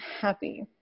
happy